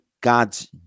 God's